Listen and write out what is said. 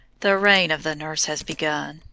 the reign of the nurse has begun,